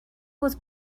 was